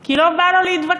כי לא בא לו להתווכח.